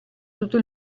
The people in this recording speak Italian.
tutto